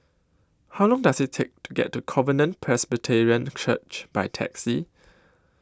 How Long Does IT Take to get to Covenant Presbyterian Church By Taxi